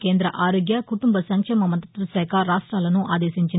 కేంద్రద ఆరోగ్య కుటుంబ సంక్షేమ మంతిత్వ శాఖ రాష్టాలకు సూచించింది